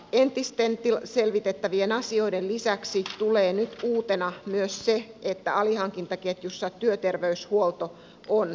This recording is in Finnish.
entisten selvitettävien asioiden lisäksi tulee nyt uutena myös se että alihankintaketjussa työterveyshuolto on järjestetty